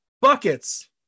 buckets